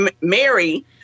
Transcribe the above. Mary